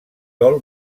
gol